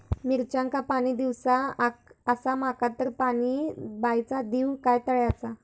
मिरचांका पाणी दिवचा आसा माका तर मी पाणी बायचा दिव काय तळ्याचा?